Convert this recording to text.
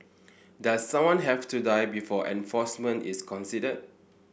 does someone have to die before enforcement is considered